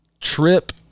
trip